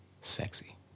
Sexy